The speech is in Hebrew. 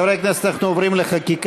חברי הכנסת, אנחנו עוברים לחקיקה.